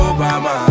Obama